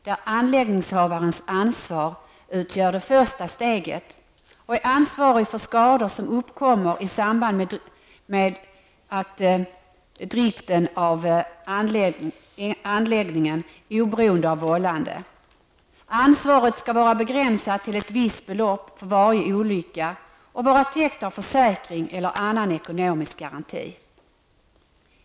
I det första steget är anläggningsinnehavaren ansvarig för skador som uppkommer i samband med driften av anläggningen oberoende av vållande. Ansvaret skall vara begränsat till ett visst belopp för varje olycka och vara täckt av försäkring eller annan ekonomisk garanti.